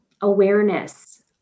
awareness